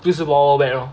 就是 wild wild wet lor